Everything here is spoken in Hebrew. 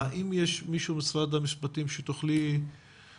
האם יש מישהו במשרד המשפטים שיוכל להתייחס?